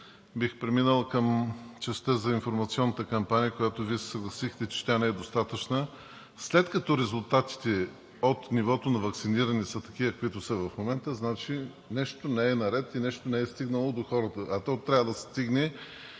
Бих преминал и към частта за информационната кампания, за която Вие се съгласихте, че тя не е достатъчна. След като резултатите от нивото на ваксиниране са такива, каквито са в момента, значи нещо не е наред и нещо не е стигнало до хората, а то трябва да стигне,